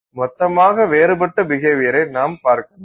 மொத்தமாக வேறுபட்ட பிஹேவியரை நாம் பார்க்கலாம்